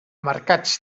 marcats